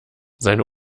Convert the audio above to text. seine